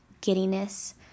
giddiness